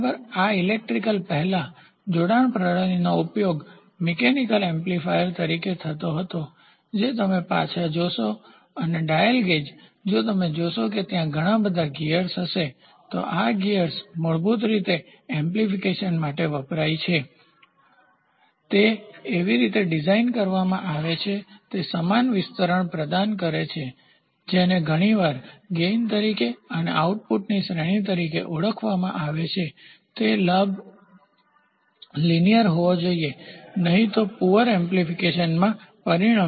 આ ઇલેક્ટ્રિકલ પહેલાં જોડાણ પ્રણાલીનો ઉપયોગ મિકેનિકલ એમ્પ્લીફાયર તરીકે થતો હતો જો તમે પાછા જશો અને ડાયલ ગેજ જો તમે જોશો કે ત્યાં ઘણા બધા ગિયર્સ હશે તો આ ગિયર્સ મૂળભૂત રીતે એમ્પ્લીફિકેશન માટે વપરાય છે તે એવી રીતે ડિઝાઇન કરવામાં આવે તે સમાન વિસ્તરણ પ્રદાન કરે છે જેને ઘણીવાર ગેઇનલાભ તરીકે અને આઉટપુટની સંપૂર્ણ શ્રેણી તરીકે ઓળખવામાં આવે છે તે લાભ લીનીયરરેખીય હોવો જોઈએ નહીં તો પુઅરનબળા એમ્પ્લીફિકેશનમાં પરિણમે છે